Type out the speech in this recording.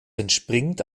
entspringt